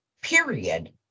Period